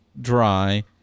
dry